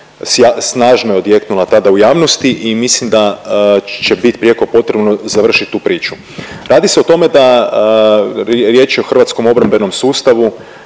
snažno odjeknula tada u javnosti i mislim da će biti prijeko potrebno završiti tu priču. Radi se o tome da, riječ je o hrvatskom obrambenom sustavu